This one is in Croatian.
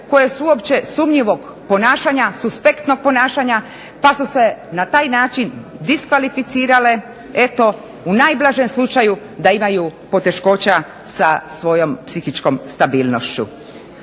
koje su uopće sumnjivog ponašanja, suspektnog ponašanja, pa su se na taj način diskvalificirale eto u najblažem slučaju da imaju poteškoća sa svojom psihičkom stabilnošću.